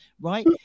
right